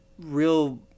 real